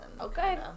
Okay